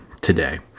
today